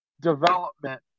development